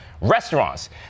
Restaurants